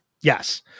Yes